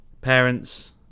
parents